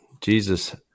Jesus